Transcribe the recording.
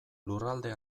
lurralde